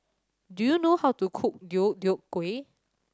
do you know how to cook Deodeok Gui